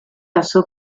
casó